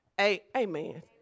Amen